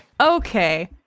Okay